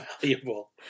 valuable